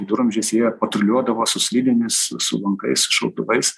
viduramžiais jie patruliuodavo su slidėmis su lankais šautuvais